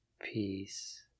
peace